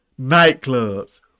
nightclubs